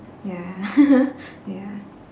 ya ya